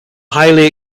highly